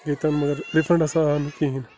مگر رِفنٛڈ ہسا آے نہٕ کِہیٖنۍ